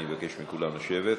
אני מבקש מכולם לשבת.